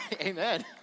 Amen